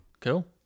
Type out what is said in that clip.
Cool